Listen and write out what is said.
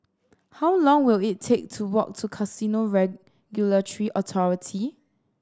how long will it take to walk to Casino Regulatory Authority